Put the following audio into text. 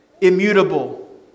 immutable